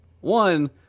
One